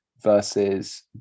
versus